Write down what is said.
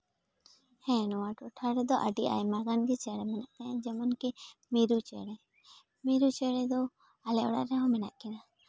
ᱦᱮᱸ ᱱᱚᱣᱟ ᱴᱚᱴᱷᱟ ᱨᱮᱫᱚ ᱟᱹᱰᱤ ᱟᱭᱢᱟ ᱜᱟᱱᱜᱮ ᱪᱮᱬᱮ ᱢᱮᱱᱟᱜ ᱠᱚᱣᱟ ᱡᱮᱢᱚᱱ ᱠᱤ ᱢᱤᱨᱩ ᱪᱮᱬᱮ ᱢᱤᱨᱩ ᱪᱮᱬᱮ ᱫᱚ ᱟᱞᱮ ᱚᱲᱟᱜ ᱨᱮᱦᱚᱸ ᱢᱮᱱᱟᱜ ᱠᱤᱱᱟᱹ